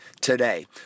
today